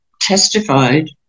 testified